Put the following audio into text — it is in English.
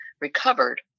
recovered